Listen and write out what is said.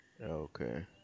Okay